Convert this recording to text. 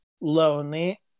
lonely